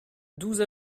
douze